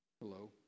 Hello